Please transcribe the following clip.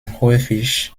häufig